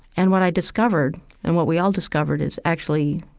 and what i discovered and what we all discovered is actually,